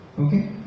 Okay